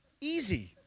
Easy